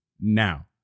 Now